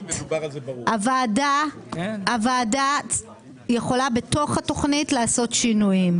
שהוועדה יכולה בתוך התכנית לעשות שינויים,